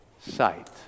sight